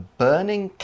burning